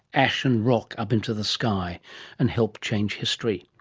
ash and rock up into the sky and helped change history.